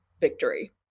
victory